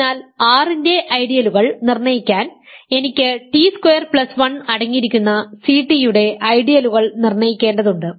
അതിനാൽ R ന്റെ ഐഡിയലുകൾ നിർണ്ണയിക്കാൻ എനിക്ക് ടി സ്ക്വയർ പ്ലസ് 1 അടങ്ങിയിരിക്കുന്ന സി ടി യുടെ ഐഡിയലുകൾ നിർണ്ണയിക്കേണ്ടതുണ്ട്